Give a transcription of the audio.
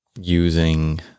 using